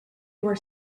were